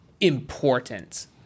important